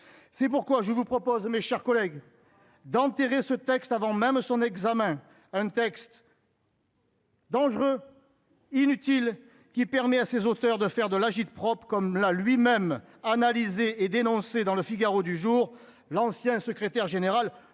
c'est pourquoi je vous propose mes chers collègues d'enterrer ce texte avant même son examen un texte. Dangereux, inutile, qui permet à ses auteurs, de faire de l'agit-prop comme l'a lui-même analysé et dénoncé dans Le Figaro du jour, l'ancien secrétaire général